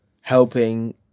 helping